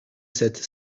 cette